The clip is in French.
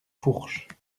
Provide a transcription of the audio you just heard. fourches